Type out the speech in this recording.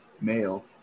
male